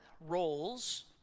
roles